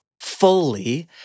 fully